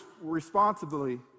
responsibly